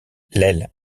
l’aile